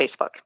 Facebook